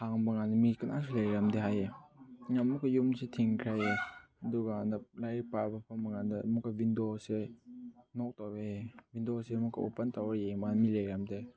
ꯍꯥꯡꯕꯀꯥꯟꯗ ꯃꯤ ꯀꯅꯥꯁꯨ ꯂꯩꯔꯝꯗꯦ ꯍꯥꯏꯌꯦ ꯑꯗꯩ ꯑꯃꯨꯛꯀ ꯌꯨꯝꯁꯦ ꯊꯤꯡꯈ꯭ꯔꯦ ꯍꯥꯏꯌꯦ ꯑꯗꯨꯒ ꯂꯥꯏꯔꯤꯛ ꯄꯥꯕ ꯐꯝꯕꯀꯥꯟꯗ ꯑꯃꯨꯛꯀ ꯋꯤꯟꯗꯣꯁꯦ ꯅꯣꯛ ꯇꯧꯔꯛꯑꯦ ꯍꯥꯏꯌꯦ ꯋꯤꯟꯗꯣꯁꯦ ꯑꯃꯨꯛꯀ ꯑꯣꯄꯟ ꯇꯧꯔ ꯌꯦꯡꯕꯗ ꯃꯤ ꯂꯩꯔꯝꯗꯦ